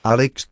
...Alex